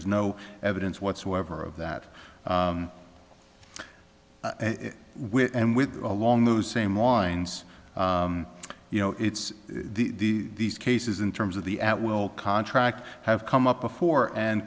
's no evidence whatsoever of that with and with along those same lines you know it's the these cases in terms of the at will contract have come up before and